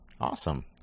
Awesome